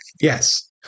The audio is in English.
Yes